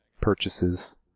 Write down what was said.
Purchases